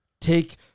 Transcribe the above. take